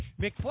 McFly